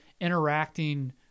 interacting